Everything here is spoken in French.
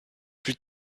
plus